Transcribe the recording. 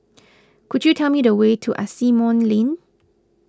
could you tell me the way to Asimont Lane